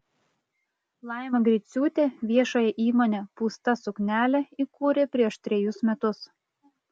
laima griciūtė viešąją įmonę pūsta suknelė įkūrė prieš trejus metus